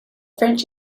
french